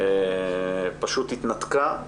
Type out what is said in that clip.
פשוט התנתקה,